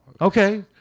Okay